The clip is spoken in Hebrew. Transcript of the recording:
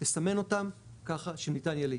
לסמן אותם כך שניתן יהיה להתחקות.